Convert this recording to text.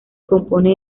compone